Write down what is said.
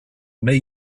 may